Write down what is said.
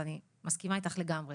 אני מסכימה איתך לגמרי,